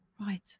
Right